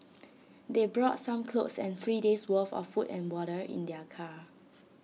they brought some clothes and three days' worth of food and water in their car